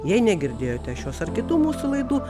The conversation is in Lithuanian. jei negirdėjote šios ar kitų mūsų laidų